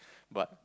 but